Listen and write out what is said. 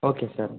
okay sir